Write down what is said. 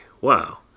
Wow